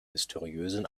mysteriösen